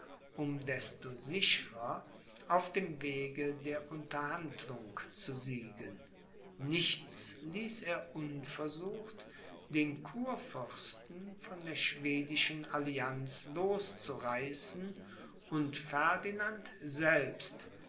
um desto sichrer auf dem wege der unterhandlung zu siegen nichts ließ er unversucht den kurfürsten von der schwedischen allianz loszureißen und ferdinand selbst